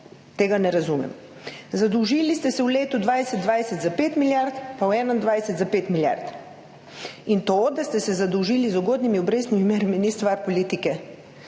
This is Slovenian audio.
Tega ne razumem. Zadolžili ste se v letu 2020 za 5 milijard pa v 2021 za 5 milijard. To, da ste se zadolžili z ugodnimi obrestnimi merami, ni stvar politike.